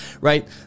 right